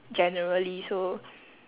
generally so